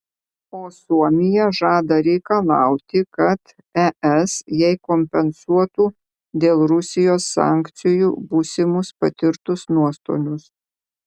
o suomija žada reikalauti kad es jai kompensuotų dėl rusijos sankcijų būsimus patirtus nuostolius